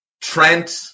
Trent